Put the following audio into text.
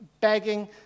begging